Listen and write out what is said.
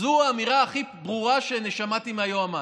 זו האמירה הכי ברורה ששמעתי מהיועמ"ש.